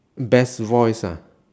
best voice ah